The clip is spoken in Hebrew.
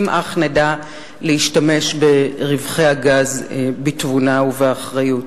אם אך נדע להשתמש ברווחי הגז בתבונה ובאחריות.